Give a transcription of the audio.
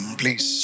please